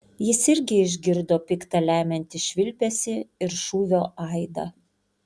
jis irgi išgirdo pikta lemiantį švilpesį ir šūvio aidą